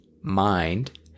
mind